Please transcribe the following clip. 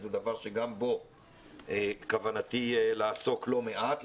זה דבר שגם בו כוונתי לעסוק לא מעט,